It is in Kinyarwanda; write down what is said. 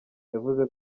yavuze